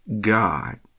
God